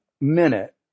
minute